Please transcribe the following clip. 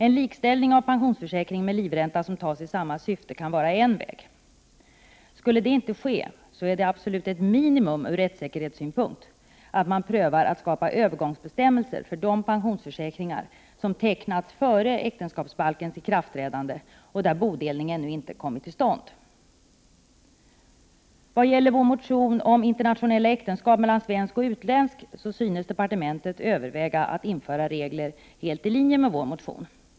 En likställning av pensionsförsäkring med livränta som tas i samma syfte kan vara en väg. Skulle detta inte ske, är det ändå ett minimum ur rättssäkerhetssynpunkt att man prövar att skapa övergångsbestämmelser för de pensionsförsäkringar som har tecknats före äktenskapsbalkens ikraftträdande och där bodelning ännu inte har kommit till stånd. Vad gäller internationella äktenskap mellan svensk och utlänning, synes departementet överväga att införa regler helt i linje med vår motion.